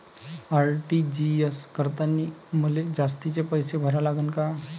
RTGS करतांनी मले जास्तीचे पैसे भरा लागन का?